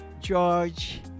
George